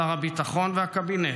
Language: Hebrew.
שר הביטחון והקבינט,